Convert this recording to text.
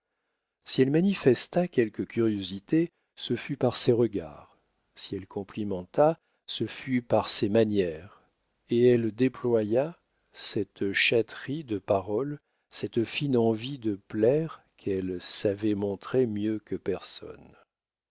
si elle manifesta quelque curiosité ce fut par ses regards si elle complimenta ce fut par ses manières et elle déploya cette chatterie de paroles cette fine envie de plaire qu'elle savait montrer mieux que personne